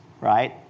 right